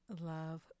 love